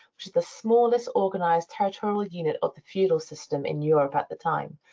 which is the smallest organized territorial unit of the feudal system in europe at the time.